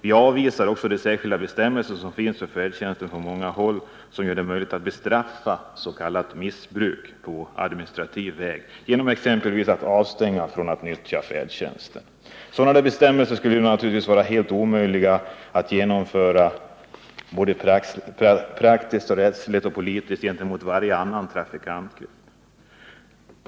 Vi avvisar också det system som finns på många håll som gör det möjligt att på administrativ väg bestraffa s.k. missbruk, exempelvis att den handikappade blir avstängd från att nyttja färdtjänsten. Sådana bestämmelser skulle naturligtvis vara helt omöjliga att genomföra såväl praktiskt som rättsligt och politiskt gentemot varje annan trafikantgrupp.